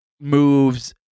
moves